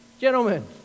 gentlemen